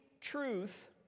truth